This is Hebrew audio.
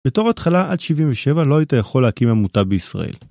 בתור ההתחלה, עד 77 לא היית יכול להקים עמותה בישראל.